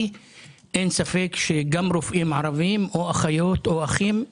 אין ספק שגם רופאים או אחיות ואחים ערבים